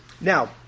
Now